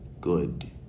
good